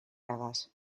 hagas